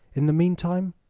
in the meantime,